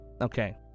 Okay